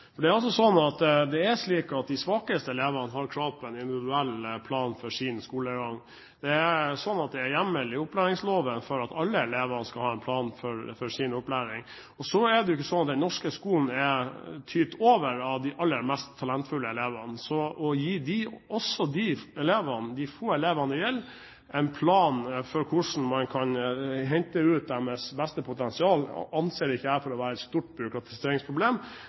er hjemmel i opplæringsloven for at alle elever skal ha en plan for sin opplæring. Det er jo ikke sånn at den norske skolen tyter over av de aller mest talentfulle elevene, så å gi også de elevene – de få elevene det gjelder – en plan for hvordan man kan hente ut deres potensial, anser ikke jeg for å være et stort byråkratiseringsproblem.